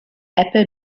apple